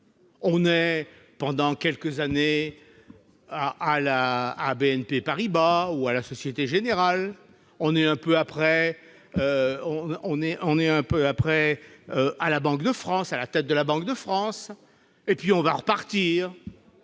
on est pendant quelques années à BNP Paribas ou à la Société générale, ensuite à la tête de la Banque de France, puis on repart.